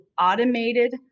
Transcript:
automated